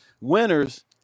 winners